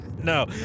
No